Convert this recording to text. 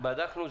בדקנו.